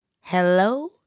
Hello